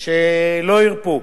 שלא הרפו,